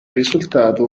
risultato